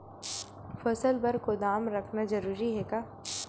फसल बर गोदाम रखना जरूरी हे का?